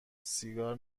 سیگار